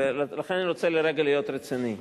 ולכן אני רוצה לרגע להיות רציני.